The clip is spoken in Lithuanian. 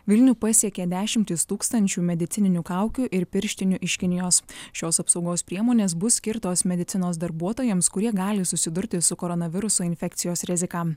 vilnių pasiekė dešimtys tūkstančių medicininių kaukių ir pirštinių iš kinijos šios apsaugos priemonės bus skirtos medicinos darbuotojams kurie gali susidurti su koronaviruso infekcijos rizika